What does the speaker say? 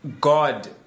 God